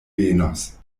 venos